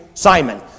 Simon